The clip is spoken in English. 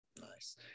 Nice